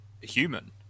human